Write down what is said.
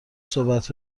صحبت